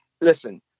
listen